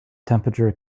temperature